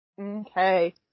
Okay